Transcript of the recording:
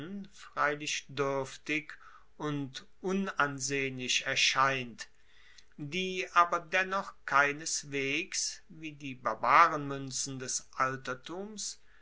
freilich duerftig und unansehnlich erscheint die aber dennoch keineswegs wie die barbarenmuenzen des altertums